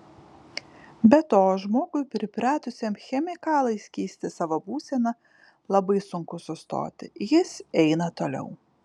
be to žmogui pripratusiam chemikalais keisti savo būseną labai sunku sustoti jis eina toliau